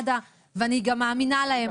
ואני גם מאמינה להם,